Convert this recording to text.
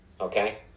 Okay